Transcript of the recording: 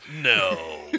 No